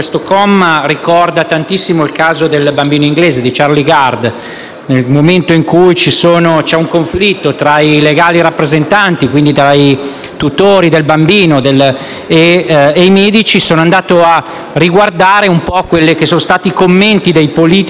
nel momento in cui c'è un conflitto tra i legali rappresentanti (ossia i tutori del bambino) e i medici, sono andato a riguardare i commenti dei politici italiani di quei giorni.